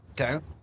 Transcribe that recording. Okay